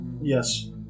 Yes